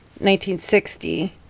1960